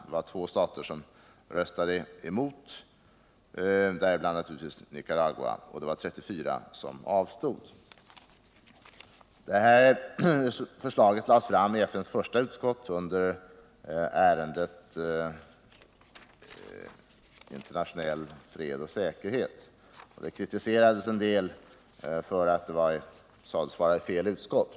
Det var två stater som röstade emot, däribland naturligtvis Nicaragua, och det var 34 stater som avstod från att rösta. Förslaget lades fram i FN:s första utskott under ärendet Stärkandet av internationell fred och säkerhet. En del kritik framfördes för att det var fel utskott.